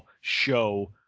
show